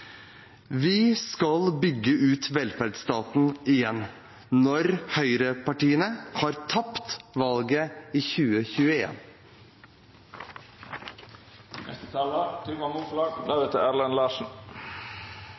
Vi skal bygge ut velferdsstaten igjen når høyrepartiene har tapt valget i